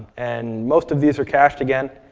and most of these are cached again.